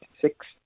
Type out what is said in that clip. six